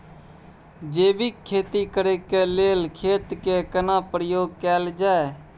जैविक खेती करेक लैल खेत के केना प्रयोग में कैल जाय?